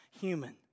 human